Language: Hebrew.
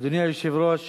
אדוני היושב-ראש,